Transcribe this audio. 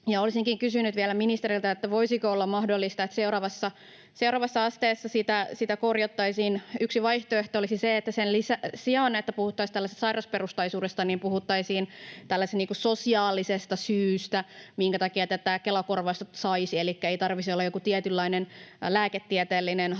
Olisinkin kysynyt vielä ministeriltä: voisiko olla mahdollista, että seuraavassa asteessa sitä korjattaisiin? Yksi vaihtoehto olisi, että sen sijaan, että puhuttaisiin tällaisesta sairausperusteisuudesta, puhuttaisiin tällaisesta niin kuin sosiaalisesta syystä, minkä takia tätä Kela-korvausta saisi, elikkä ei tarvitsisi olla joku tietynlainen lääketieteellinen haaste,